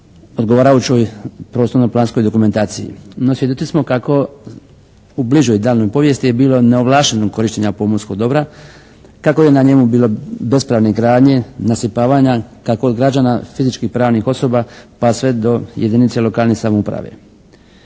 odgovarajućoj prostorno-planskoj dokumentaciji. No svjedoci smo kako u bližoj i daljnjoj povijesti je bilo neovlaštenog korištenja pomorskog dobra kako je na njemu bilo bespravne gradnje, nasipavanja kako od građana fizičkih i pravnih osoba pa sve do jedinica lokalne samouprave.